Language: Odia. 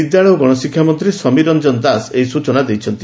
ବିଦ୍ୟାଳୟ ଓ ଗଣଶିକ୍ଷା ମନ୍ତୀ ସମୀର ରଂଜନ ଦାଶ ଏହି ସୂଚନା ଦେଇଛନ୍ତି